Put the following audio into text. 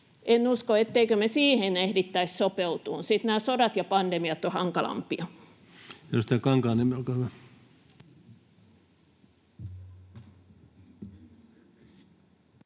en usko, ettemmekö me siihen ehtisi sopeutua. Sodat ja pandemiat ovat sitten hankalampia.